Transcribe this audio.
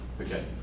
Okay